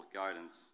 guidance